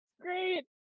great